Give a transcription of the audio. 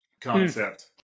concept